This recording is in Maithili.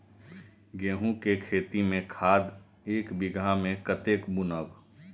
गेंहू के खेती में खाद ऐक बीघा में कते बुनब?